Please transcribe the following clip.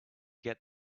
get